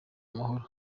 amahoro